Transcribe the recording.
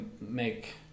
make